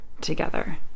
together